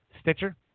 Stitcher